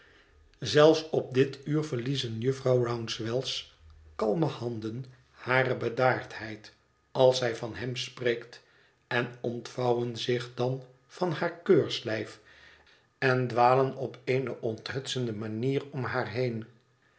zelfs op dit uur verliezen jufvrouw rouncewell's kalme handen hare bedaardheid als zij van hem spreekt en ontvouwen zich dan van haar keurslijf en dwalen op eene onthutste manier om haar heen